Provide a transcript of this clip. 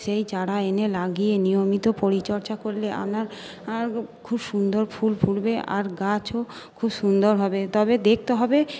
সেই চারা এনে লাগিয়ে নিয়মিত পরিচর্যা করলে আপনার খুব সুন্দর ফুল ফুটবে আর গাছও খুব সুন্দর হবে তবে দেখতে হবে